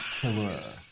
Killer